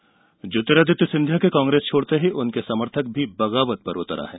सिंधिया ज्योतिरादित्य सिंधिया के कांग्रेस छोड़ते ही उनके समर्थक भी बगावत पर उतर आए हैं